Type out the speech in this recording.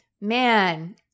man